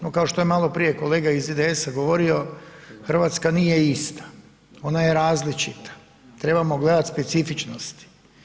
No kao što je maloprije kolega iz IDS-a govorio, Hrvatska nije ista, ona je različita, trebamo gledati specifičnosti.